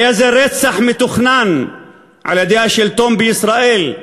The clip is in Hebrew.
היה זה רצח מתוכנן על-ידי השלטון בישראל,